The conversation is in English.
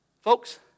Folks